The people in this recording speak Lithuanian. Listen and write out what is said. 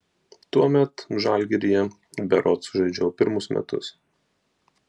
tuomet žalgiryje berods žaidžiau pirmus metus